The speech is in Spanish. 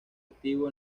activo